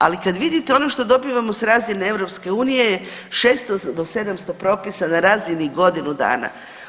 Ali kad vidite ono što dobivamo s razine EU je 600 do 700 propisa na razini godinu dana.